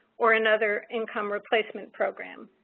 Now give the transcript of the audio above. or another income replacement program.